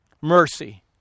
Mercy